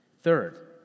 Third